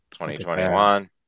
2021